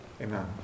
Amen